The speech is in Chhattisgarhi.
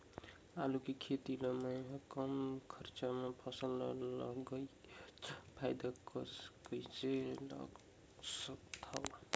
आलू के खेती ला मै ह कम खरचा मा फसल ला लगई के अच्छा फायदा कइसे ला सकथव?